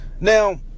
Now